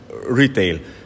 retail